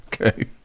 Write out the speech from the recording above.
Okay